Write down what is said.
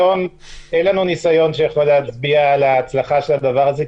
אין לנו ניסיון שיכול להצביע על ההצלחה של הדבר הזה,